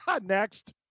Next